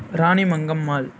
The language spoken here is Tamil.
ராணி மங்கம்மாள்